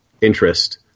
interest